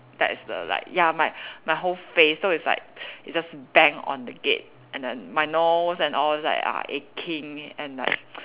that's the like ya my my whole face so it's like it just bang on the gate and then my nose and all it's like are aching and like